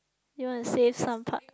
do you want to save some part